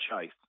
Chase